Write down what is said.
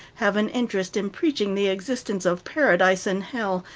have an interest in preaching the existence of paradise and hell,